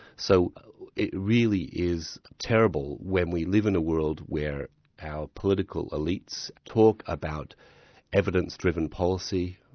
so it really is terrible, when we live in a world where our political elites talk about evidence-driven policy,